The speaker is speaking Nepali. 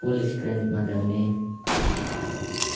फुल स्ट्रेन्थमा ल्याउने अब